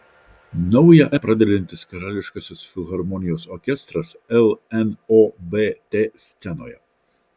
naują erą pradedantis karališkasis filharmonijos orkestras lnobt scenoje